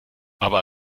aber